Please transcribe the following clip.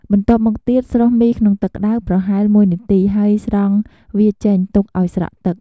បន្ទាប់មកទៀត ស្រុះមីក្នុងទឹកក្តៅ ប្រហែល ១នាទី ហើយស្រង់វាចេញ ទុកឱ្យស្រក់ទឹក ។